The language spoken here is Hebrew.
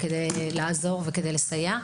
לעזור ולסייע.